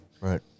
right